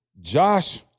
Josh